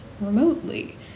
remotely